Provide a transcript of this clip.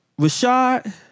Rashad